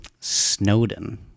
Snowden